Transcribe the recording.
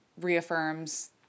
reaffirms